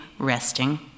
resting